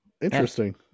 interesting